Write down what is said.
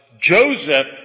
Joseph